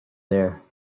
there